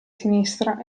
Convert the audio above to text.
sinistra